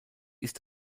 ist